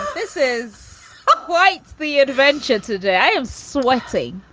this is quite the adventure today am sweating.